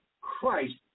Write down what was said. Christ